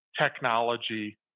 Technology